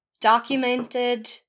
documented